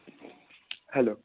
hello